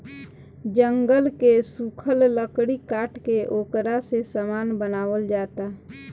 जंगल के सुखल लकड़ी काट के ओकरा से सामान बनावल जाता